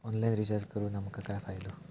Online recharge करून आमका काय फायदो?